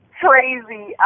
crazy